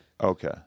okay